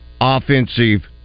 offensive